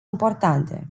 importante